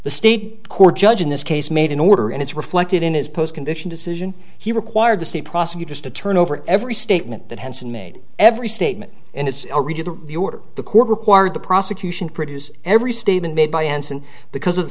the state court judge in this case made an order and it's reflected in his post conviction decision he required the state prosecutors to turn over every statement that henson made every statement and it's the order the court required the prosecution produce every statement made by ensign because of the